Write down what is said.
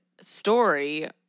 story